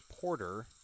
porter